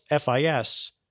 FIS